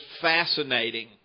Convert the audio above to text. fascinating